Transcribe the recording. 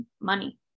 money